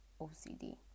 OCD